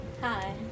Hi